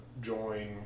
join